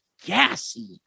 gassy